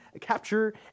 capture